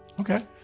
Okay